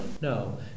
No